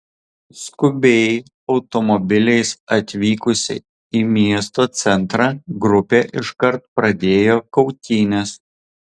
skubiai automobiliais atvykusi į miesto centrą grupė iškart pradėjo kautynes